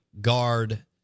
guard